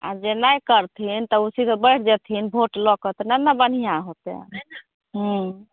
आओर जे नहि करथिन तऽ ओ सीधे बैठि जेथिन भोट लऽ कऽ तऽ नहि ने बढ़िआँ हेतै हुँ